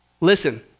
Listen